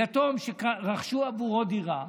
יתום שרכשו עבורו דירה,